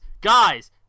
Guys